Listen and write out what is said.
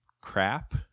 crap